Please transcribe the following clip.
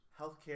healthcare